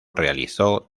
realizó